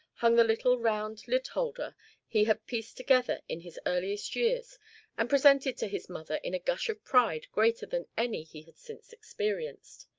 hung the little round lid-holder he had pieced together in his earliest years and presented to his mother in a gush of pride greater than any he had since experienced.